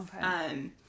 Okay